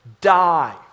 die